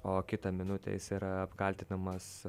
o kitą minutę jis yra apkaltinamas